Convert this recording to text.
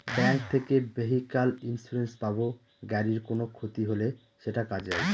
bank থেকে vehicle insurance পাব গাড়ির কোনো ক্ষতি হলে সেটা কাজে আসবে